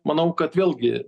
manau kad vėlgi